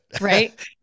Right